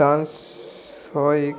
dance हो एक